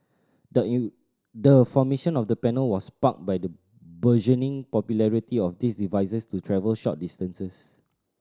the in the formation of the panel was sparked by the burgeoning popularity of these devices to travel short distances